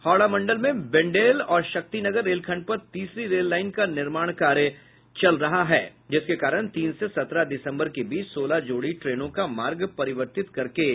हावड़ा मंडल में बैंडेल और शक्तिनगर रेल खंड पर तीसरी रेल लाईन का निर्माण कार्य चल रहा है जिसके कारण तीन से सत्रह दिसम्बर के बीच सोलह जोड़ी ट्रेनों का मार्ग परिवर्तित करके चलाया जा रहा है